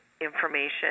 information